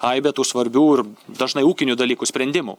aibę tų svarbių ir dažnai ūkinių dalykų sprendimų